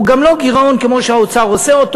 הוא גם לא גירעון כמו שהאוצר עושה אותו.